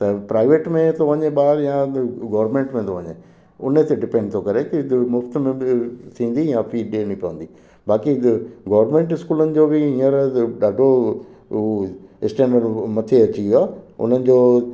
त प्राइवेट में थो वञे ॿार या गवर्मेंट में थो वञे हुन ते डिपेंड थो करे कि मुफ़्त में बि थींदी या फ़ी ॾियणी पवंदी बाक़ी त गवर्मेंट इस्कूलनि जो बि हींअर ॾाढो हू स्टैंडर्ड मथे अची वियो आहे उन्हनि जो